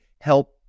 help